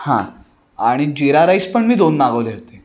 हां आणि जिरा राईस पण मी दोन मागवले होते